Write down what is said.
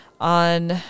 on